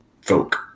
folk